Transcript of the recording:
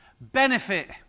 Benefit